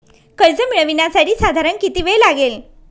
कर्ज मिळविण्यासाठी साधारण किती वेळ लागेल?